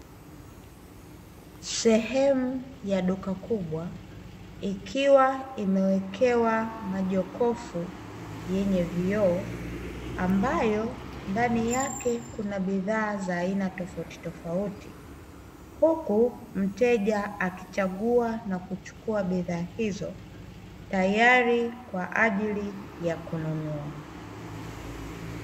Sehemu ya duka kubwa, ikiwa imewekewa majokofu yenye vioo ambayo ndani yake kuna bidhaa mbalimbali za aina tofauti tofauti, huku, mteja akichagua bidhaa hizo tayari kwa ajili ya kunua.